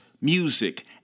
music